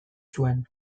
zuen